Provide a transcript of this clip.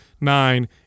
Nine